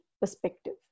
perspective